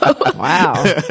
Wow